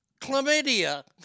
chlamydia